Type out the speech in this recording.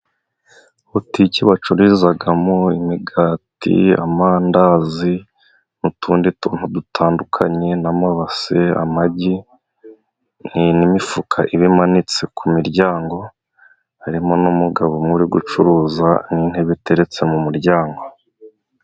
Butiki bacururizamo imigati, amandazi n'utundi tuntu dutandukanye, n'amabase, amagi n'imifuka iba imanitse ku muryango. Harimo n'umugabo umwe uri gucuruza n'intebe iteretse ku muryango.